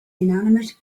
inanimate